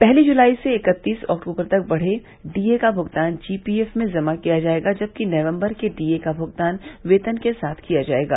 पहली जुलाई से इक्तीस अक्टूबर तक बढ़े डीए का भुगतान जीपीएफ में जमा किया जायेगा जबकि नवम्बर के डीए का भुगतान वेतन के साथ किया जायेगा